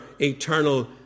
eternal